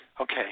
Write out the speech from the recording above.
Okay